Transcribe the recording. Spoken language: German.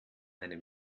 eine